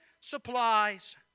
supplies